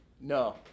No